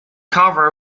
cover